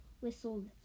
whistled